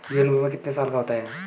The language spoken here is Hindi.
जीवन बीमा कितने साल का होता है?